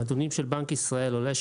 מהנתונים של בנק ישראל עולה,